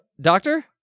Doctor